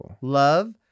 Love